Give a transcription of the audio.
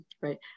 Right